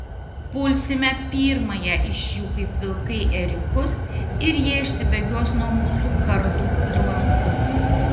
pulsime pirmąją iš jų kaip vilkai ėriukus ir jie išsibėgios nuo mūsų kardų ir lankų